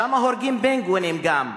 שם הורגים פינגווינים גם.